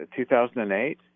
2008